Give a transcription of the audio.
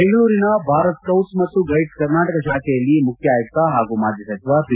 ಬೆಂಗಳೂರಿನ ಭಾರತ್ ಸ್ಕೌಟ್ಸ್ ಮತ್ತು ಗೈಡ್ಸ್ ಕರ್ನಾಟಕ ಶಾಖೆಯಲ್ಲಿ ಮುಖ್ಯ ಆಯುಕ್ತ ಹಾಗೂ ಮಾಜಿ ಸಚಿವ ಪಿ